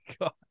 God